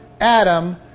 Adam